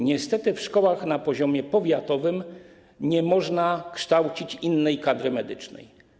Niestety w szkołach na poziomie powiatowym nie można kształcić innej kadry medycznej.